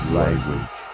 language